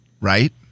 Right